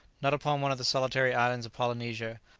not upon one of the solitary islands of polynesia,